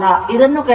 ಇದನ್ನು ಕಡೆಗಣಿಸಿ